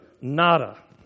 Nada